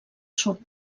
sud